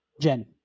Jen